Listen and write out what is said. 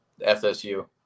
FSU